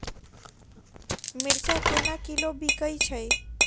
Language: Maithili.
मिर्चा केना किलो बिकइ छैय?